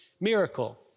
miracle